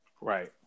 Right